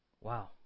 Wow